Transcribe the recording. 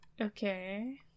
Okay